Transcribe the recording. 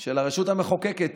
של הרשות המחוקקת